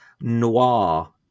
noir